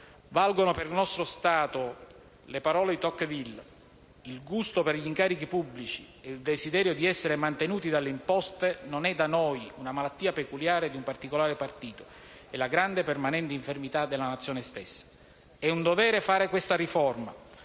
Valgono per il nostro Stato le parole di Tocqueville: «Il gusto per gli incarichi pubblici ed il desiderio di essere mantenuti dalle imposte non è da noi una malattia peculiare di un particolare partito, è la grande permanente infermità della nazione stessa». È un dovere fare questa riforma: